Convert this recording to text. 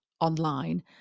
online